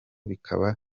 bikaba